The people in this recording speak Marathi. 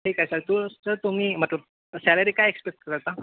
ठीक आहे सर तु सर तुम्ही मतलब सॅलेरी काय एक्सपेक्ट करता